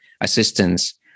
assistance